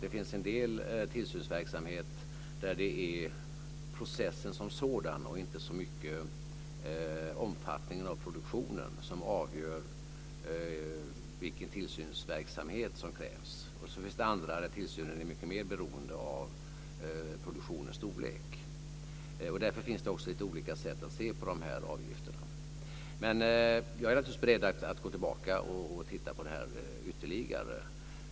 Det finns naturligtvis en del verksamhet där det är processen som sådan och inte så mycket omfattningen av produktionen som avgör vilken tillsynsverksamhet som krävs, medan det finns andra där tillsynen är mycket mer beroende av produktionens storlek. Därför finns det lite olika sätt att se på avgifterna. Jag är naturligtvis beredd att gå tillbaka och se över det här ytterligare.